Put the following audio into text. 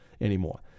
anymore